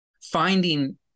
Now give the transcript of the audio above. Finding